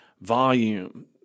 volume